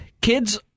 kids